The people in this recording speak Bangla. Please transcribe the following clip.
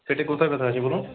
পেটে কোথায় ব্যথা আছে বলুন